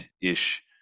ish